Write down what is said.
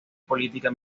política